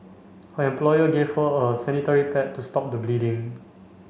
her employer gave her a sanitary pad to stop the bleeding